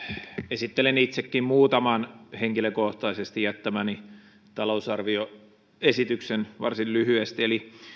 esittelen itsekin muutaman henkilökohtaisesti jättämäni talousarvioesityksen varsin lyhyesti